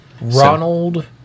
Ronald